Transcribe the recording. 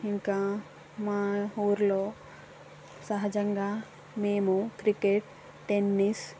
ఇంకా మా ఊర్లో సహజంగా మేము క్రికెట్ టెన్నిస్